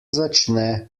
začne